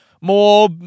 More